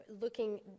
Looking